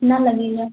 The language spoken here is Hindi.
कितना लगेगा